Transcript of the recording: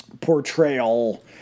portrayal